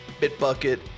Bitbucket